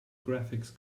graphics